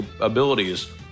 abilities